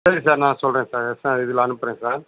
சரி சார் நான் சொல்கிறேன் சார் சார் இதில் அனுப்புகிறேன் சார்